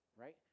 right